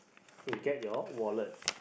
to get your wallet